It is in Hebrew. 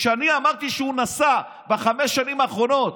כשאני אמרתי שהוא נסע בחמש השנים האחרונות